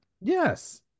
Yes